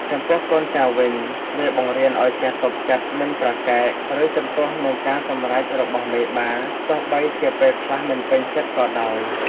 ចំពោះកូនចៅវិញ វាបង្រៀនឱ្យចេះទប់ចិត្ត មិនប្រកែក ឬជំទាស់នឹងការសម្រេចរបស់មេបា ទោះបីជាពេលខ្លះមិនពេញចិត្តក៏ដោយ។